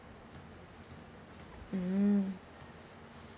mm